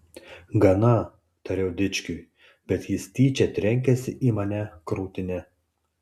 gana tariau dičkiui bet jis tyčia trenkėsi į mane krūtine